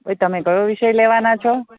પછી તમે કયો વિષય લેવાના છો